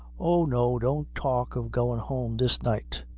oh, no, don't talk of goin' home this night.